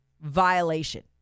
violation